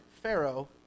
Pharaoh